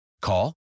Call